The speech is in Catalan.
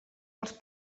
els